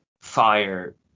fire